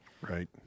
Right